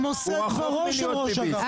הוא רחוק מלהיות ביביסט.